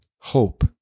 hope